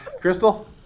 Crystal